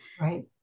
right